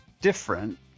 different